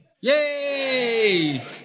Yay